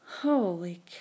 holy